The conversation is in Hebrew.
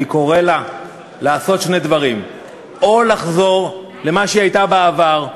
אני קורא לה לעשות שני דברים: או לחזור למה שהייתה בעבר,